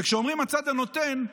וכשאומרים "הצד הנותן",